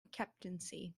captaincy